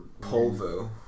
Polvo